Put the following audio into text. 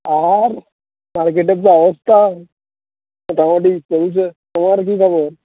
আর মার্কেটের যা অবস্থা মোটামুটি চলছে তোমার কি খবর